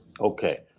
okay